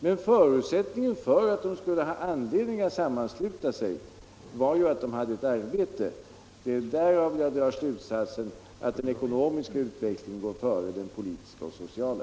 Men förutsättningen för att de skulle ha anledning att sammansluta sig var ju att de hade ett arbete. Det är därav jag drar slutsatsen att den ekonomiska utvecklingen går före den politiska och sociala.